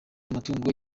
amatungo